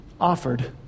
offered